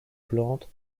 plantes